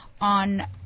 On